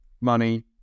money